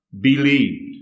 believed